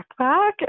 backpack